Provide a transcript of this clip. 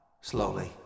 Slowly